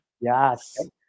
Yes